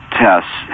tests